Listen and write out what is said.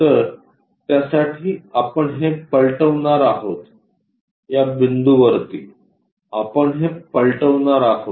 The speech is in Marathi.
तर त्यासाठी आपण हे पलटवणार आहोत या याबिंदूंवरती आपण हे पलटवणार आहोत